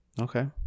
Okay